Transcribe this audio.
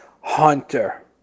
hunter